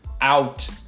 Out